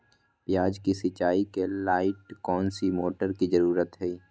प्याज की सिंचाई के लाइट कौन सी मोटर की जरूरत है?